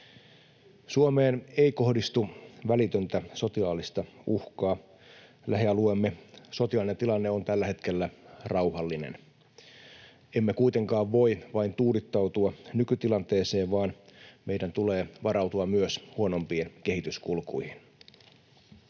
Suomeen ei kohdistu välitöntä sotilaallista uhkaa. Lähialueemme sotilaallinen tilanne on tällä hetkellä rauhallinen. Emme kuitenkaan voi vain tuudittautua nykytilanteeseen, vaan meidän tulee varautua myös huonompiin kehityskulkuihin.